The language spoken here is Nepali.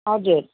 हजुर